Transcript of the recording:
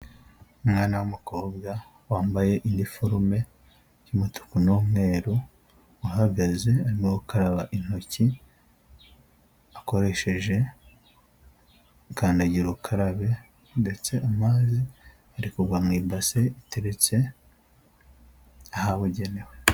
Umwana w'umukobwa wambaye iniforume y'umutuku n'umweru, uhagaze arimo gukaraba intoki, akoresheje kandagira ukarabe, ndetse amazi ari kugwa mu i ibase iteretse ahabugenewe.